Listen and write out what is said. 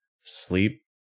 sleep